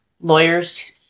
lawyers